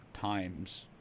times